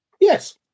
Yes